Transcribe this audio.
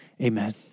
Amen